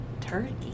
Turkey